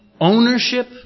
ownership